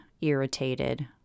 irritated